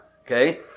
okay